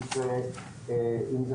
אם זה